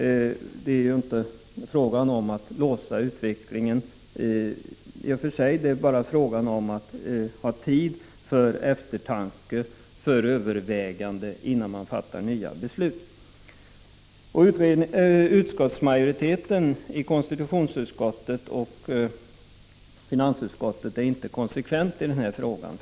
Men det är inte fråga om att låsa utvecklingen i och för sig — det är bara fråga om att ha tid för eftertanke och överväganden innan man fattar nya beslut. Utskottsmajoriteten i konstitutionsutskottet och i finansutskottet är inte konsekventa i den här frågan.